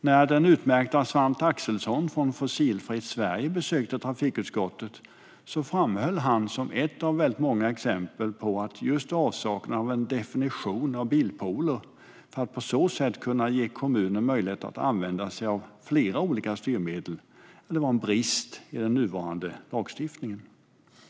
När den utmärkte Svante Axelsson från Fossilfritt Sverige besökte trafikutskottet framhöll han som ett av många exempel att just avsaknaden av en definition av bilpooler, för att på så sätt kunna ge kommuner möjlighet att använda sig av olika styrmedel, är en brist i den nuvarande lagstiftningen.